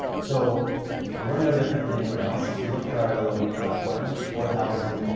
so we're no different than anyone else. if you look at our lob platform, four thousand,